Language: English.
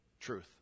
Truth